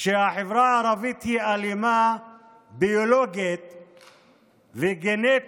שהחברה הערבית היא אלימה ביולוגית וגנטית.